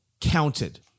counted